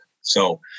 So-